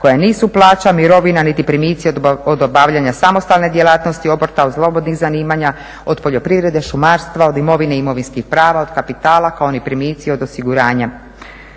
koja nisu plaća, mirovina niti primici od obavljanja samostalne djelatnosti obrta, slobodnih zanimanja, od poljoprivrede, šumarstva, od imovine i imovinskih prava, od kapitala kao ni primici od osiguranja.